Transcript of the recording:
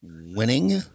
winning